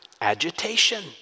agitation